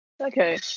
okay